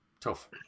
Tough